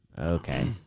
Okay